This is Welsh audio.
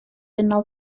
unol